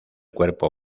cuerpo